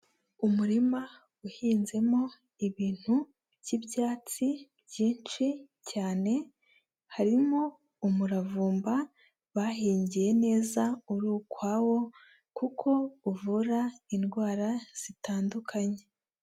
Umurima uhinzemo ibintu by'ibyatsi byinshi cyane, harimo umuravumba bahingiye neza uri ukwawo kuko uvura indwara zitandukanye.